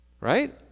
Right